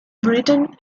britten